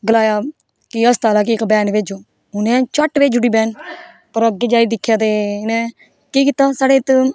गलाया कि अस्ताला कि इक वैन भेजो उ'नें झट्ट भेजी ओड़ी वैन पर अग्गें जाई दिक्खेआ ते इ'नें केह् कीता की साढ़े इत्त